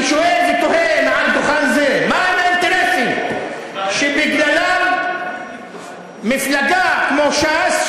אני שואל ותוהה מעל דוכן זה: מהם האינטרסים שבגללם מפלגה כמו ש"ס,